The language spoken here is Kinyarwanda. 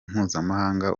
mpuzamahanga